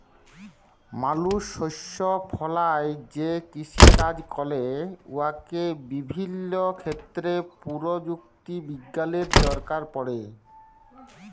মালুস শস্য ফলাঁয় যে কিষিকাজ ক্যরে উয়াতে বিভিল্য ক্ষেত্রে পরযুক্তি বিজ্ঞালের দরকার পড়ে